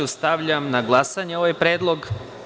Stavljam na glasanje ovaj predlog.